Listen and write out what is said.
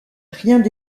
rien